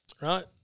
Right